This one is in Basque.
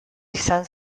izan